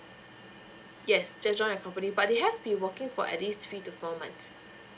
yes just join a company but they have been working for at least three to four nights